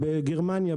בגרמניה,